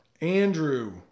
Andrew